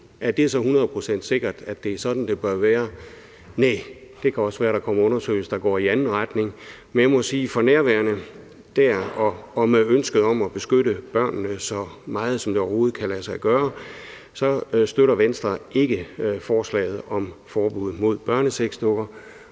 procent sikkert, at det er sådan, det bør være? Næh, det kan også være, der kommer undersøgelser, der går i anden retning. Men jeg må sige, at for nærværende og med ønsket om at beskytte børnene så meget, som det overhovedet kan lade sig gøre, støtter Venstre ikke forslaget om forbud mod børnesexdukker,